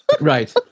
Right